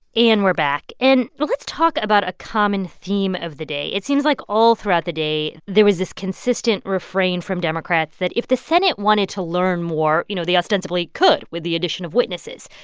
and we're back. and let's talk about a common theme of the day. it seems like all throughout the day, there was this consistent refrain from democrats that if the senate wanted to learn more, you know, they ostensibly could with the addition of witnesses.